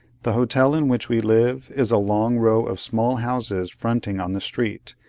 the hotel in which we live, is a long row of small houses fronting on the street,